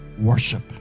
worship